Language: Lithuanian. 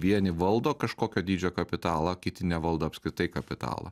vieni valdo kažkokio dydžio kapitalą kiti nevaldo apskritai kapitalo